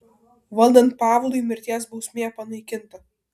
valdant pavlui mirties bausmė panaikinta